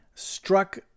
struck